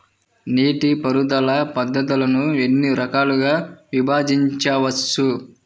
నీటిపారుదల పద్ధతులను ఎన్ని రకాలుగా విభజించవచ్చు?